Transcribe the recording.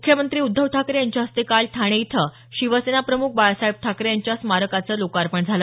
मुख्यमंत्री उद्धव ठाकरे यांच्या हस्ते काल ठाणे इथं शिवसेनाप्रमुख बाळासाहेब ठाकरे यांच्या स्मारकाचं लोकार्पण झालं